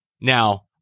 Now